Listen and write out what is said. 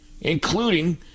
including